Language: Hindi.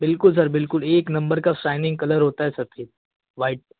बिल्कुल सर बिल्कुल एक नंबर का शाइनिंग कलर होता सफ़ेद वाइट